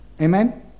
Amen